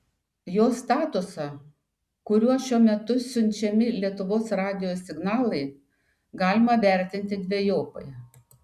jo statusą kuriuo šiuo metu siunčiami lietuvos radijo signalai galima vertinti dvejopai